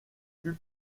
plus